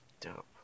Dope